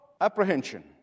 apprehension